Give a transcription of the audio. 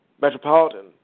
Metropolitan